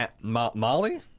Molly